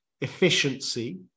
efficiency